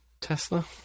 Tesla